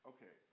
Okay